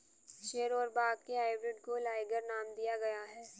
शेर और बाघ के हाइब्रिड को लाइगर नाम दिया गया है